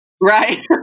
Right